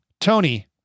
Tony